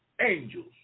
angels